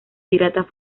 piratas